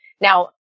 Now